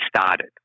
started